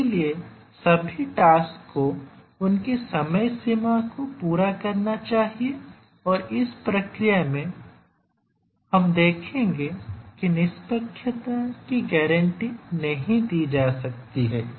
इसलिए सभी टास्क को उनकी समय सीमा को पूरा करना चाहिए और इस प्रक्रिया में हम देखेंगे कि निष्पक्षता की गारंटी नहीं दी जा सकती है